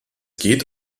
geht